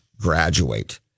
graduate